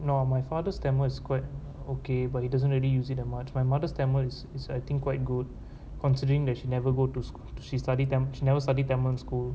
no my father's tamil is quite okay but he doesn't really use it much my mother's tamil is is I think quite good considering that she never go to she study taml she never study tamil in school